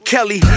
Kelly